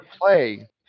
play